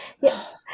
Yes